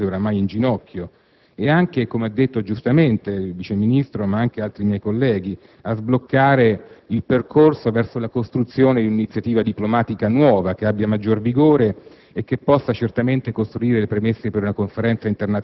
a cercare di dare un po' di ossigenoall'economia palestinese ormai in ginocchio ed anche - come hanno giustamente ricordato il Vice ministro, ma anche altri miei colleghi - a sbloccare il percorso verso la costruzione di un'iniziativa diplomatica nuova, che abbia maggior vigore